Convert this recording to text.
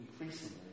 increasingly